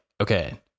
okay